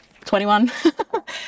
21